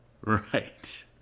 right